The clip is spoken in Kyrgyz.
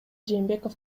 жээнбеков